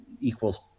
equals